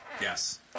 Yes